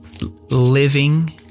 living